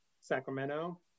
Sacramento